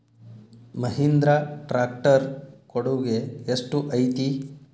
Mahindra tractor ಕೊಡುಗೆ ಎಷ್ಟು ಐತಿ?